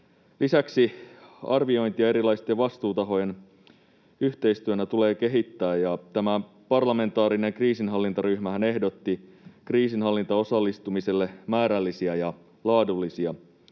lisäksi arviointia erilaisten vastuutahojen yhteistyönä tulee kehittää, ja parlamentaarinen kriisinhallintaryhmähän ehdotti kriisinhallintaosallistumiselle määrällisiä ja laadullisia tavoitteita.